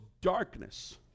darkness